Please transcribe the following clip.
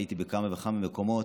הייתי בכמה וכמה מקומות,